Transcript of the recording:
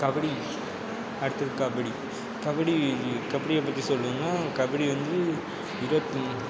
கபடி அடுத்தது கபடி கபடி கபடியை பற்றி சொல்லணும்னா கபடி வந்து இருபத்தி